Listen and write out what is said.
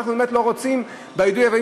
אנחנו באמת לא רוצים ביידוי האבנים,